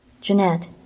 Jeanette